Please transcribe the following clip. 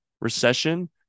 recession